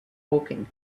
woking